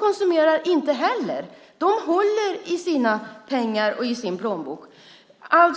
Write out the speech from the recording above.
konsumerar inte heller utan håller i sina pengar och plånböcker.